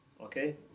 Okay